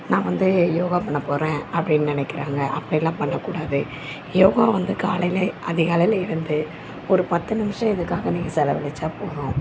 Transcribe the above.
நான் வந்து யோகா பண்ண போகிறேன் அப்படின்னு நினைக்கிறாங்க அப்படிலாம் பண்ணக்கூடாது யோகா வந்து காலையில் அதிகாலையில் எழுந்து ஒரு பத்து நிமிஷம் இதுக்காக நீங்கள் செலவழிச்சா போதும்